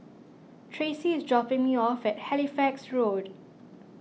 Traci is dropping me off at Halifax Road